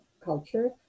culture